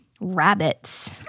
rabbits